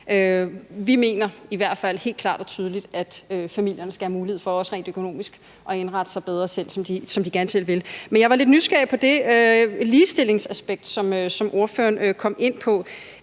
Vi mener i hvert fald helt klart og tydeligt, at familierne skal have mulighed for også rent økonomisk at indrette sig bedre, som de gerne selv vil. Men jeg blev lidt nysgerrig med hensyn til det ligestillingsaspekt, som ordføreren kom ind på.